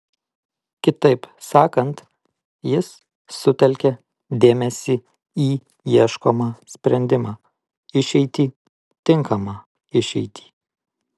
kitaip sakant jis sutelkia dėmesį į ieškomą sprendimą išeitį tinkamą išeitį